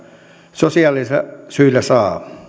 sosiaalisilla syillä saa